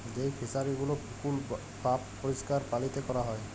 যেই ফিশারি গুলো পুকুর বাপরিষ্কার পালিতে ক্যরা হ্যয়